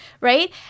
right